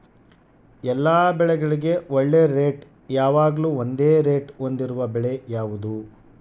ಎಲ್ಲ ಬೆಳೆಗಳಿಗೆ ಒಳ್ಳೆ ರೇಟ್ ಯಾವಾಗ್ಲೂ ಒಂದೇ ರೇಟ್ ಹೊಂದಿರುವ ಬೆಳೆ ಯಾವುದು?